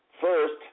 First